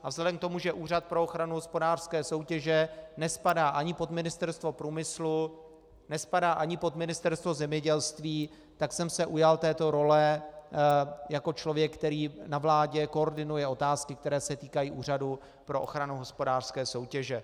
A vzhledem k tomu, že Úřad pro ochranu hospodářské soutěže nespadá ani pod Ministerstvo průmyslu, nespadá ani pod Ministerstvo zemědělství, tak jsem se ujal této role jako člověk, který na vládě koordinuje otázky, které se týkají Úřadu pro ochranu hospodářské soutěže.